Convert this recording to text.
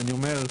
אין צורך.